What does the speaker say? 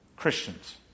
Christians